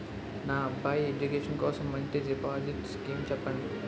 నా అబ్బాయి ఎడ్యుకేషన్ కోసం మంచి డిపాజిట్ స్కీం చెప్పండి